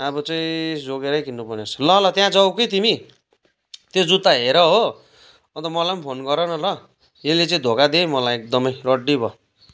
अब चाहिँ जोगिएर किन्नुपर्ने रहेछ ल ल त्यहाँ जाऊ कि तिमी त्यो जुत्ता हेर हो अन्त मलाई पनि फोन गर न ल यसले चाहिँ धोका दियो है मलाई एकदमै रड्डी भयो